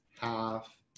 half